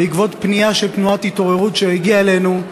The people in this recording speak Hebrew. בעקבות פנייה של תנועת "התעוררות" שהגיעה אלינו,